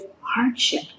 hardship